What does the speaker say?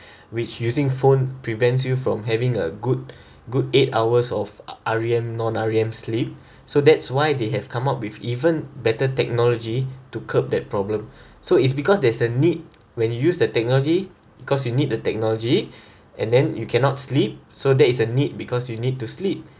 which using phone prevents you from having a good good eight hours of R_E_M non-R_E_M sleep so that's why they have come up with even better technology to curb that problem so it's because there's a need when you use the technology because you need the technology and then you cannot sleep so there is a need because you need to sleep